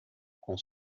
com